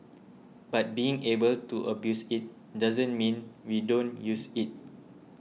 but being able to abuse it doesn't mean we don't use it